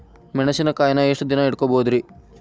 ಮೆಣಸಿನಕಾಯಿನಾ ಎಷ್ಟ ದಿನ ಇಟ್ಕೋಬೊದ್ರೇ?